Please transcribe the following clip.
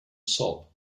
sob